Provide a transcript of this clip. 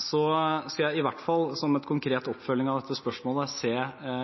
skal jeg i hvert fall som en konkret oppfølging av dette spørsmålet se